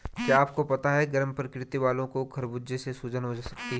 क्या आपको पता है गर्म प्रकृति वालो को खरबूजे से सूजन हो सकती है?